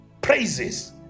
praises